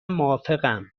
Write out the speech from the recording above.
موافقم